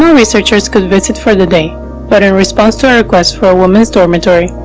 researchers could visit for the day but in response for our request for a woman's dormitory,